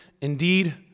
Indeed